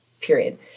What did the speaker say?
period